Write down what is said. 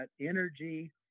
energy